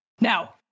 now